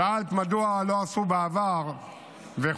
שאלת מדוע לא עשו בעבר וכו'.